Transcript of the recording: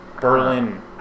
Berlin